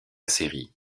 série